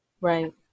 right